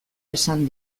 esan